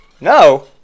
No